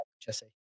jesse